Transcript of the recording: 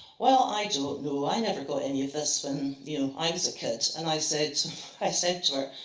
well, i don't know, i never got any of us when you know i was a kid. and i said i said to her,